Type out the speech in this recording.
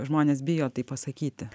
žmonės bijo tai pasakyti